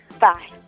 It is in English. Bye